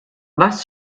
was